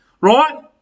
Right